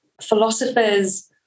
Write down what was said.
philosophers